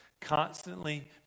constantly